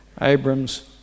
Abram's